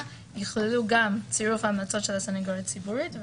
יכללו גם צירוף המלצות של הסנגוריה הציבורית.